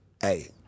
Hey